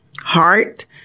heart